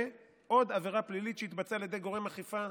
עוד עבירה פלילית שהתבצעה על ידי גורם אכיפה,